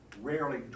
rarely